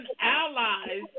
allies